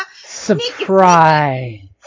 surprise